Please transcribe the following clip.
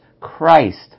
Christ